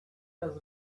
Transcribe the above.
does